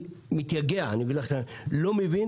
אני מתייגע, לא מבין